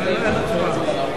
של חבר הכנסת דוד אזולאי.